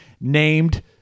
named